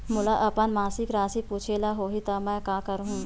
मोला अपन मासिक राशि पूछे ल होही त मैं का करहु?